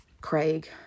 Craig